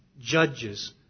judges